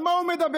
על מה הוא מדבר?